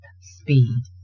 speed